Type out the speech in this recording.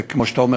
וכמו שאתה אומר,